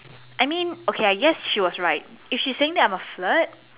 I mean okay I guess she was right if she's saying that I'm a flirt